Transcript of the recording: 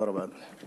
תודה רבה, אדוני.